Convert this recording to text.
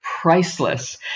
priceless